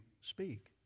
speak